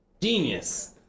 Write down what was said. genius